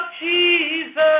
Jesus